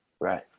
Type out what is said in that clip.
Right